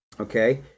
Okay